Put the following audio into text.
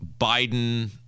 biden